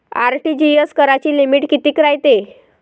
RTGS कराची limit कितीक रायते?